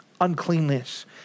Uncleanness